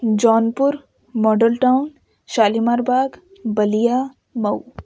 Jaunpur model town Shalimar Bagh Ballia Mau